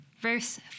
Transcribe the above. Verse